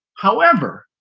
however,